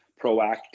proactive